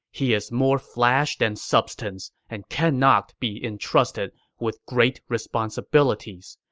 he is more flash than substance and cannot be entrusted with great responsibilities.